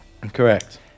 Correct